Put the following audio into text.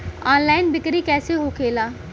Online बिक्री कैसे होखेला?